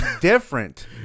different